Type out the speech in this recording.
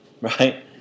right